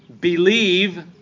Believe